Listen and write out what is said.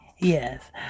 Yes